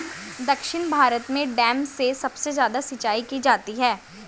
दक्षिण भारत में डैम से सबसे ज्यादा सिंचाई की जाती है